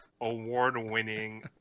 award-winning